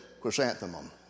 chrysanthemum